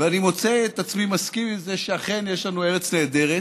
ואני מוצא את עצמי מסכים לזה שאכן יש לנו ארץ נהדרת,